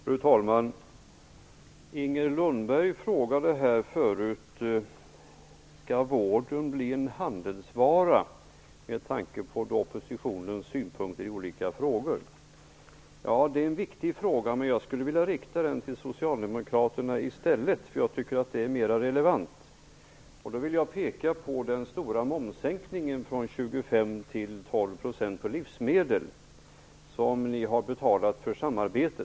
Fru talman! Inger Lundberg frågade tidigare om vården skall bli en handelsvara, med tanke på oppositionens synpunkter i olika frågor. Det är en viktig fråga. Men jag skulle vilja rikta den till socialdemokraterna i stället, därför att jag tycker att det vore mer relevant. Jag vill då peka på den stora momssänkningen på livsmedel från 25 % till 12 %, som ni har betalat för samarbetet.